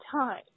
time